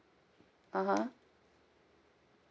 (uh huh)